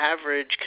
average